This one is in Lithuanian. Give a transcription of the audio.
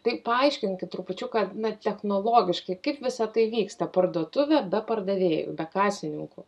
tai paaiškinkit trupučiuką na technologiškai kaip visa tai vyksta parduotuvė be pardavėjų be kasininkų